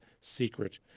secret